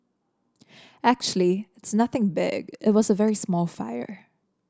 actually it's nothing big it was a very small fire